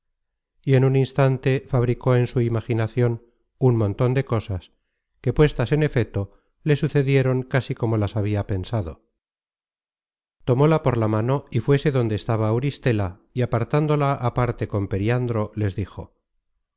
y en un instante fabricó en su imaginacion un monton de cosas que puestas en efeto le sucedieron casi como las habia pensado tomóla por la mano y fuése donde estaba auristela y apartándola aparte con periandro les dijo